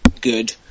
good